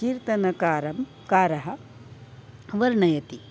कीर्तनकारः कारः वर्णयति